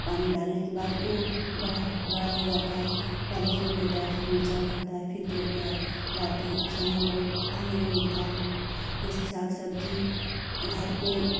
पानी डालने के बाद वह बड़ बड़ा हो जाता है पहले फूल लेता है फ़िर मिर्चा फरता है फ़िर तोड़कर लाते खाने बहुत आनंद मिलता है जैसे साग सब्ज़ी घर पर